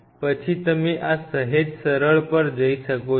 પછી તમે આ સહેજ સરળ પર જઈ શકો છો